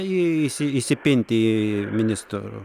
į įsi įsipinti į ministrų